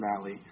Valley